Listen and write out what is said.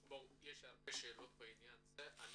יש שאלות רבות בעניין הזה,